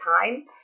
time